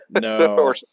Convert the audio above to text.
No